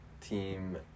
team